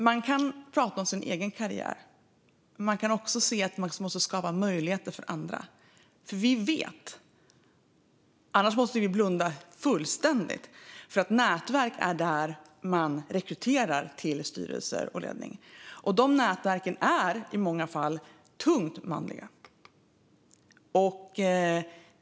Man kan prata om sin egen karriär, men man kan också se att man måste skapa möjligheter för andra. Nätverk är där man rekryterar till styrelser och ledning, och nätverken är i många fall tungt manliga.